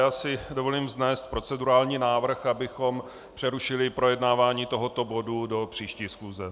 Já si dovolím vznést procedurální návrh, abychom přerušili projednávání tohoto bodu do příští schůze.